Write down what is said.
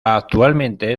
actualmente